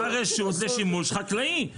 זה שימוש חקלאי.